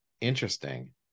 interesting